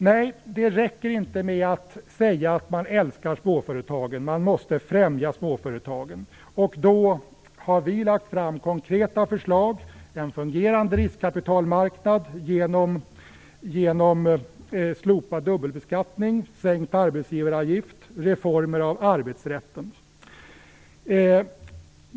Nej, det räcker inte med att säga att man älskar småföretagen; man måste också främja småföretagen. Då har vi lagt fram konkreta förslag: en fungerande riskkapitalmarknad genom slopad dubbelbeskattning, sänkt arbetsgivaravgift och reformer av arbetsrätten.